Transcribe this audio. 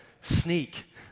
sneak